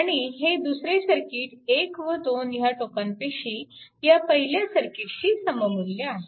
आणि हे दुसरे सर्किट 1 व 2 ह्या टोकांपाशी ह्या पहिल्या सर्किटशी सममुल्य आहे